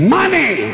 money